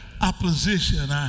opposition